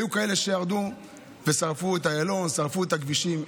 היו כאלה שירדו ושרפו את איילון, שרפו את הכבישים.